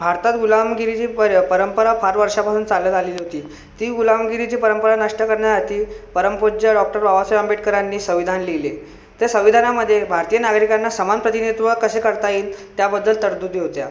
भारतात गुलामगिरीची पर परंपरा फार वर्षापासून चालत आलेली होती ती गुलामगिरीची परंपरा नष्ट करण्यासाठी परमपूज्य डॉक्टर बाबासाहेब आंबेडकरांनी संविधान लिहिले त्या संविधानामध्ये भारतीय नागरिकांना समान प्रतिनिधित्व कसे करता येईल त्याबद्दल तरतुदी होत्या